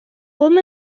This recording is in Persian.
قوم